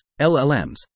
LLMs